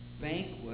Banquet